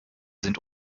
sind